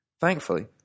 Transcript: Thankfully